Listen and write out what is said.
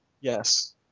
yes